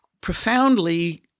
profoundly